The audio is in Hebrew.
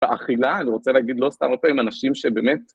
באכילה, אני רוצה להגיד, לא סתם, אבל עם אנשים שבאמת...